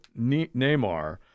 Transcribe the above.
Neymar